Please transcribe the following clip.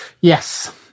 Yes